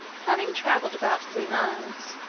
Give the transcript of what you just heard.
having travelled about three miles,